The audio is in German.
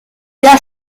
der